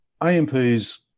AMPs